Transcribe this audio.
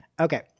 Okay